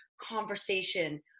conversation